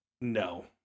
No